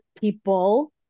people